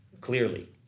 clearly